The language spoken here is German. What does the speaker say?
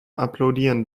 applaudieren